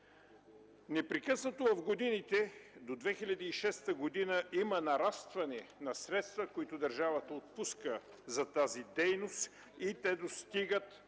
Непрекъснато в годините, до 2006 г. има нарастване на средствата, които държавата отпуска за тази дейност и в крайна